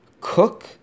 cook